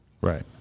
Right